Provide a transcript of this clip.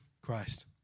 Christ